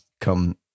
come